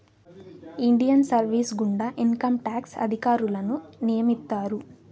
Indian service గుండా income tax అధికారులను నియమిత్తారు